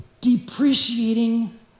depreciating